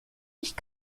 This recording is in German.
nicht